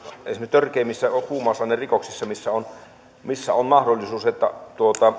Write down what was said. törkeimmissä huumausainerikoksissa missä on missä on mahdollisuus että